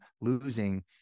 losing